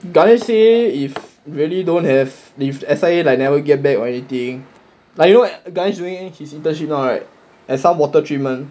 ganesh say if really don't have if S_I_A like never get back or anything like you know ganesh doing his internship now right at some name treatment